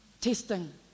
Testing